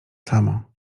samo